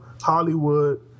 Hollywood